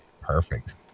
perfect